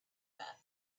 that